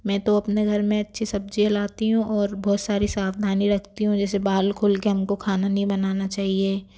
मैं तो अपने घर में अच्छी सब्ज़ियाँ लाती हूँ और बहुत सारी सावधानी रखती हूँ जैसे बाल खोल कर हमको खाना नहीं बनाना चाहिए